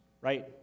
right